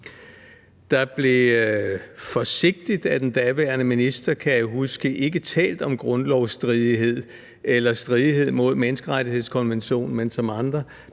Der blev forsigtigt af den daværende minister, kan jeg huske, ikke talt om grundlovsstridighed, eller at det var noget, der var i strid med menneskerettighedskonventionen, men som andre,